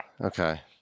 Okay